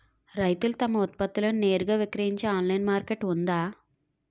రైతులు తమ ఉత్పత్తులను నేరుగా విక్రయించే ఆన్లైన్ మార్కెట్ ఉందా?